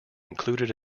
included